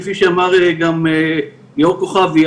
כפי שאמר גם ליאור כוכבי,